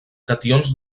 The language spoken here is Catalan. cations